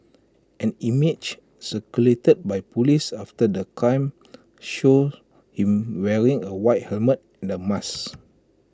an image circulated by Police after the crime showed him wearing A white helmet and A mask